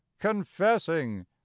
confessing